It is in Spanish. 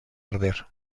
arder